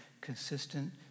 consistent